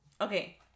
Okay